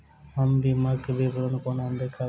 हम बीमाक विवरण कोना देखबै?